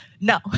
no